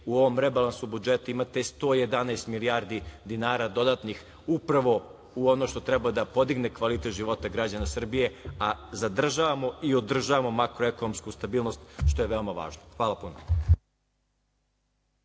U ovom rebalansu budžeta imate 111 milijardi dinara dodatnih upravo u ono što treba da podigne kvalitet života građana Srbije, a zadržavamo i održavamo makroekonomsku stabilnost, što je veoma važno. Hvala puno.